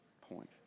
point